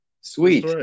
Sweet